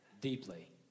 Deeply